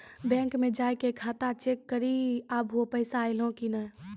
bank मे जाय के खाता चेक करी आभो पैसा अयलौं कि नै